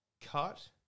cut